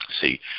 see